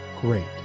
great